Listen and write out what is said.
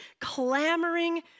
clamoring